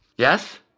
Yes